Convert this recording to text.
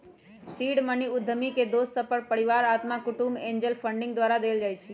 seed money उद्यमी के दोस सभ, परिवार, अत्मा कुटूम्ब, एंजल फंडिंग द्वारा देल जाइ छइ